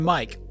Mike